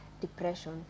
depression